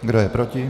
Kdo je proti?